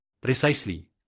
Precisely